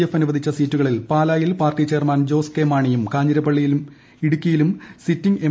F അനുവദിച്ച സീറ്റുകളിൽ പാലായിൽ പാർട്ടി ചെയർമാൻ ജോസ് കെ മാണിയും കാഞ്ഞിരപ്പള്ളിയിലും ഇടുക്കിയിലും സിറ്റിംഗ് എം